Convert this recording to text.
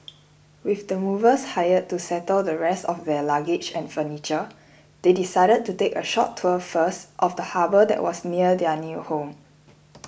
with the movers hired to settle the rest of their luggage and furniture they decided to take a short tour first of the harbour that was near their new home